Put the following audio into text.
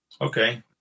Okay